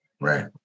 Right